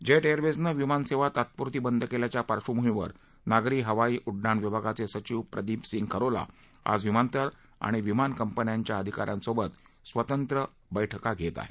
jet एयरवेजनं विमानसेवा तात्पुरती बंद केल्याच्या पार्बभूमीवर नागरी हवाई उड्डाण विभागाचे सचिव प्रदीप सिंग खरोला आज विमानतळ आणि विमान कंपन्यांच्या अधिकाऱ्यांसोबत स्वतंत्र बैठक होत आहेत